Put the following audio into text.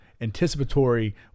anticipatory